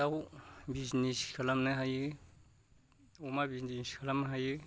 दाव बिजनेस खालामनो हायो अमा बिजनेस खालामनो हायो